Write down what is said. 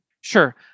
Sure